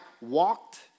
walked